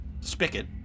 spigot